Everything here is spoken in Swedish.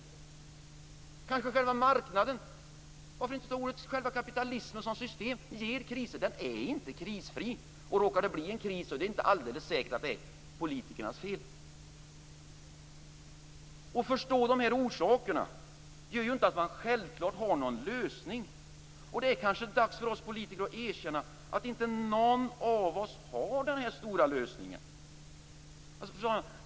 Kanske är det själva marknaden - varför inte ta ordet själv kapitalismen som system - som ger kriser. Den är inte krisfri. Råkar den bli en kris är det inte alldeles säkert att det är politikernas fel. Att förstå orsakerna gör inte att man självklart har någon lösning. Det är kanske dags för oss politiker erkänna att inte någon av oss har den stora lösningen.